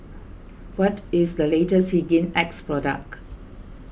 what is the latest Hygin X Product